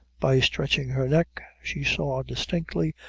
by stretching her neck, she saw distinctly,